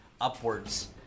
upwards